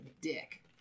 dick